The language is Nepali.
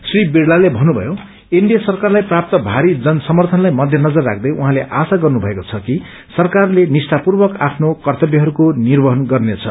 श्री बिड़लाले भन्नुपयो एनडीए सरकारलाई प्राप्त भारी जनसमर्यनलाई मध्यनजर राख्दै उहाँले आशा गर्नुमएको छ कि सरकारले निष्ठापूर्वक आफ्नो कर्तव्यहरूको निर्वहन गर्नेछ